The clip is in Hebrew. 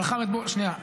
אבל חמד, בוא, שנייה.